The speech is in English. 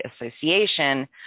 Association